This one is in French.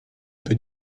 peut